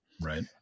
right